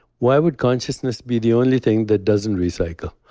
why would consciousness be the only thing that doesn't recycle?